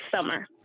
summer